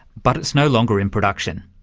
but it's no longer in production.